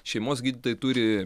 šeimos gydytojai turi